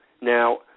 Now